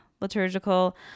liturgical